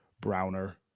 browner